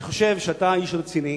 אני חושב שאתה איש רציני,